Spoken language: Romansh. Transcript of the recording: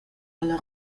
alla